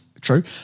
True